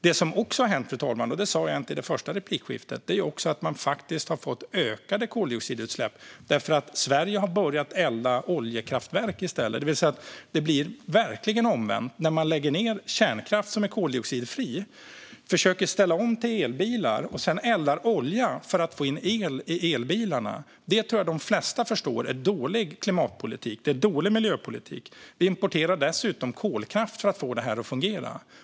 Det som också har hänt - det sa jag inte i det första replikskiftet - är att det har blivit ökade koldioxidutsläpp, eftersom Sverige i stället har börjat elda i oljekraftverk. Det blir alltså verkligen omvänt. Man lägger ned kärnkraft, som är koldioxidfri, och försöker ställa om till elbilar. Sedan eldar man olja för att få in el i elbilarna. Jag tror att de flesta förstår att det är dålig klimatpolitik och dålig miljöpolitik. Sverige importerar dessutom kolkraft för att få det här att fungera.